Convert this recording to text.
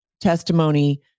testimony